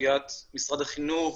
סוגיית משרד החינוך,